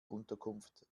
unterkunft